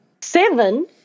Seven